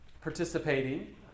participating